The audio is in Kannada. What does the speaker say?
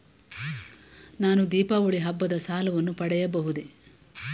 ನಾನು ದೀಪಾವಳಿ ಹಬ್ಬದ ಸಾಲವನ್ನು ಪಡೆಯಬಹುದೇ?